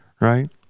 right